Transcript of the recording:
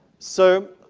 so